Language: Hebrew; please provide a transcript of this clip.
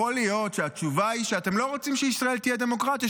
יכול להיות שהתשובה היא שאתם לא רוצים שישראל תהיה דמוקרטיה,